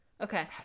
Okay